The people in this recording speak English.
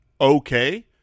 okay